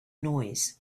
noise